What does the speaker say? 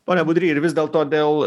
pone budry ir vis dėlto dėl